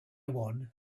one